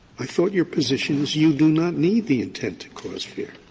i thought your position is you do not need the intent to cause fear.